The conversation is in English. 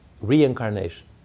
reincarnation